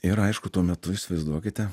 ir aišku tuo metu įsivaizduokite